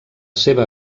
seva